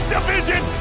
Division